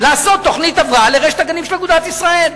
לעשות תוכנית הבראה לרשת הגנים של אגודת ישראל.